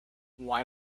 why